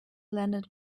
landed